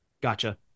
Gotcha